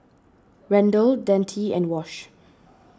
Randal Dante and Wash